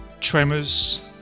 Tremors